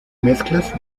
mezclas